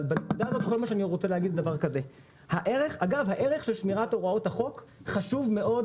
הערך של שמירת הוראות החוק חשוב מאוד